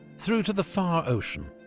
through to the far ocean,